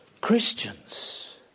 Christians